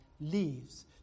leaves